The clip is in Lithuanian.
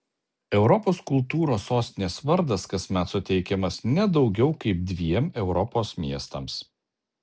europos kultūros sostinės vardas kasmet suteikiamas ne daugiau kaip dviem europos miestams